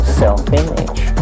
self-image